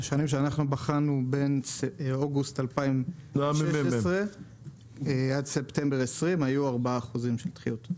בשנים שאנחנו בחנו בין אוגוסט 2016 עד ספטמבר 2020 היו 4% של דחיות.